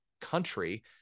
country